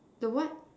the what